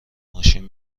ماشین